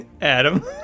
Adam